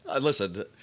Listen